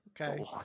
okay